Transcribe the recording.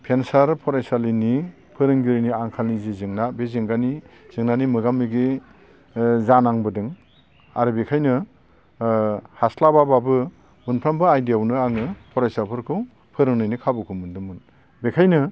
venture फरायसालिनि फोरोंगिरिनि आंखालनि जि जेंना बे जेंनानि जेंनानि मोगा मोगि ओ जानांबोदों आरो बेखायनो ओ हास्लाबाब्लाबो मोनफ्रामबो आयदायावनो आङो फरायसाफोरखौ फोरोंनायनि खाबुखौ मोनदोंमोन बेखायनो